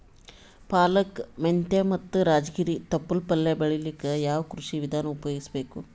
ಪಾಲಕ, ಮೆಂತ್ಯ ಮತ್ತ ರಾಜಗಿರಿ ತೊಪ್ಲ ಪಲ್ಯ ಬೆಳಿಲಿಕ ಯಾವ ಕೃಷಿ ವಿಧಾನ ಉಪಯೋಗಿಸಿ ಬೇಕು?